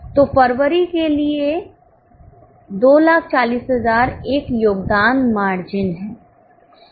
तो फरवरी के लिए 240000 एक योगदान मार्जिन है